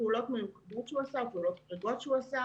פעולות מיוחדות שהוא עשה או פעולות חריגות שהוא עשה